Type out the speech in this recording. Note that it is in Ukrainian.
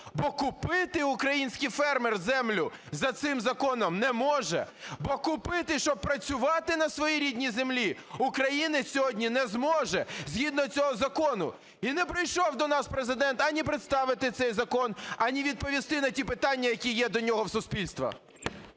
Бо купити український фермер землю за цим законом не може. Бо купити, щоб працювати на своїй рідній землі, українець сьогодні не зможе згідно цього закону. І не прийшов до нас Президент ані представити цей закон, ані відповісти на ті запитання, які є до нього у суспільства.